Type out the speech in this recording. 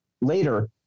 later